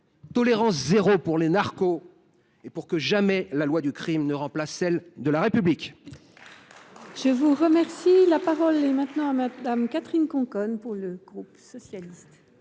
tolérance zéro pour les narcos, pour que jamais la loi du crime ne remplace celle de la République